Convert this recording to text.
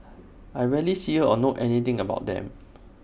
I rarely see her or know anything about them